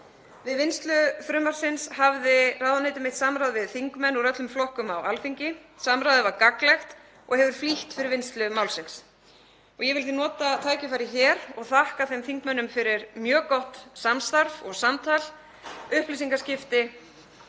Við vinnslu frumvarpsins hafði ráðuneyti mitt samráð við þingmenn úr öllum þingflokkum á Alþingi. Samráðið var gagnlegt og hefur flýtt fyrir vinnslu málsins. Ég vil því nota tækifærið og þakka þingmönnum fyrir afar gott samstarf, upplýsingaskipti